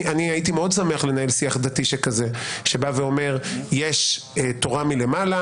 אני הייתי מאוד שמח לנהל שיח דתי כזה שאומר יש תורה מלמעלה,